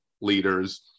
leaders